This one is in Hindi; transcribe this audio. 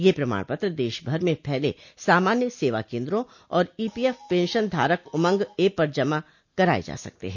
यह प्रमाण पत्र देशभर में फैले सामान्य सेवा केन्द्रों और ईपीएफ पेंशन धारक उमंग ऐप पर जमा कराए जा सकते हैं